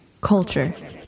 Culture